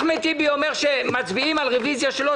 אחמד טיבי אומר שמצביעים על רוויזיה שלו,